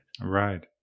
Right